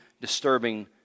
disturbing